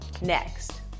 next